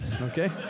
Okay